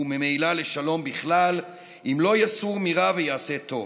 וממילא לשלום בכלל, אם לא יסור מרע ויעשה טוב.